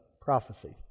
prophecy